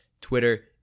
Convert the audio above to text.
Twitter